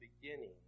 beginning